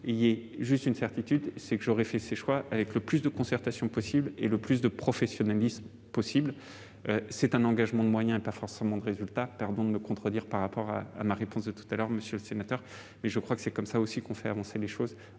j'aurai la certitude d'avoir fait ces choix avec le plus de concertation et de professionnalisme possible. C'est un engagement de moyens et pas forcément de résultats. Pardonnez-moi de me contredire par rapport à ma réponse de tout à l'heure, monsieur le sénateur, mais je crois que c'est ainsi que l'on fait avancer les choses,